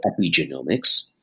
epigenomics